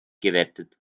gewertet